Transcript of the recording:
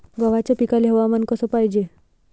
गव्हाच्या पिकाले हवामान कस पायजे?